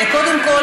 קודם כול,